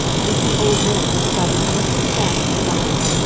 you see old men without an ounce of fat on their bodies,